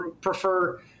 prefer